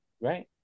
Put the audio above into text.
Right